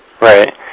Right